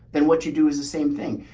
then what you do is the same thing.